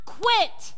quit